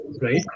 right